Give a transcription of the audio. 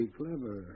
clever